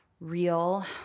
real